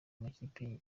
amakipe